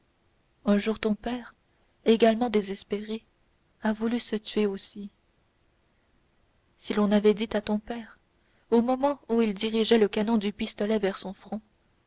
un jour ton père également désespéré a voulu se tuer aussi si l'on avait dit à ton père au moment où il dirigeait le canon du pistolet vers son front